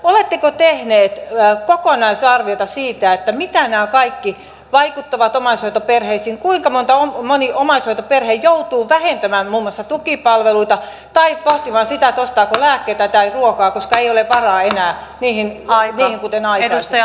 oletteko tehneet kokonaisarviota siitä mitä nämä kaikki vaikuttavat omaishoitoperheisiin kuinka moni omaishoitoperhe joutuu vähentämään muun muassa tukipalveluita tai pohtimaan sitä ostaako lääkkeitä vai ruokaa koska ei ole varaa enää niihin kuten aikaisemmin